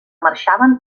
marxaven